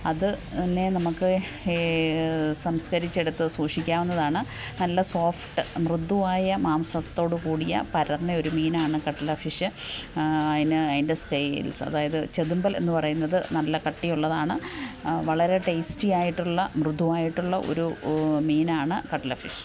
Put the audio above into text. അതിനെ നമുക്ക് സംസ്കരിച്ചെടുത്ത് സൂക്ഷിക്കാവുന്നതാണ് നല്ല സോഫ്റ്റ് മൃദുവായ മാംസത്തോടു കൂടിയ പരന്ന ഒരു മീനാണ് കട്ട്ളാ ഫിഷ് അതിന് അതിൻ്റെ സ്കെയിൽസ് അതായത് ചെതുമ്പൽ എന്നു പറയുന്നത് നല്ല കട്ടിയുള്ളതാണ് വളരെ ടേസ്റ്റിയായിട്ടുള്ള മൃദുവായിട്ടുള്ള ഒരു മീനാണ് കട്ട്ളാ ഫിഷ്